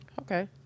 Okay